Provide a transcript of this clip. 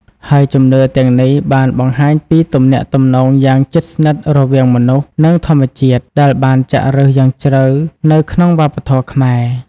ហើយជំនឿទាំងនេះបានបង្ហាញពីទំនាក់ទំនងយ៉ាងជិតស្និទ្ធរវាងមនុស្ស និងធម្មជាតិ ដែលបានចាក់ឫសយ៉ាងជ្រៅនៅក្នុងវប្បធម៌ខ្មែរ។